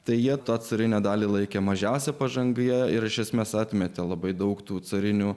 tai jie to carinę dalį laikė mažiausia pažanga ir iš esmės atmetė labai daug tų carinių